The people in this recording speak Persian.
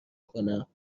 کنم